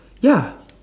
ya